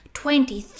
twenty